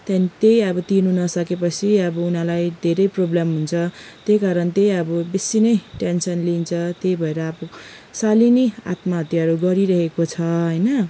त्यहाँदेखि अब त्यही तिर्नु नसके पछि अब उनीहरूलाई धेरै प्रब्लम हुन्छ त्यही कारण चाहिँ अब बेसी नै टेन्सन लिन्छ त्यही भएर अब सालिनि आत्महत्याहरू गरिरहेको छ होइन